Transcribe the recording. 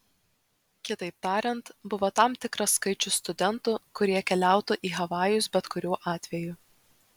kitaip tariant buvo tam tikras skaičius studentų kurie keliautų į havajus bet kuriuo atveju